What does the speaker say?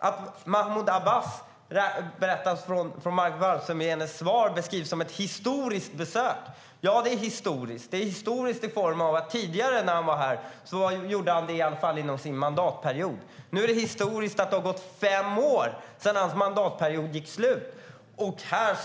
Besöket av Mahmoud Abbas beskrivs av Margot Wallström som historiskt. Ja, det är historiskt. Förra gången han var här var det i alla fall inom hans mandatperiod. Nu är det fem år sedan hans mandatperiod tog slut,